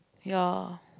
ya